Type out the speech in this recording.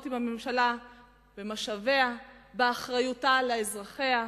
עם הממשלה במשאביה ובאחריותה לאזרחים,